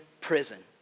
prison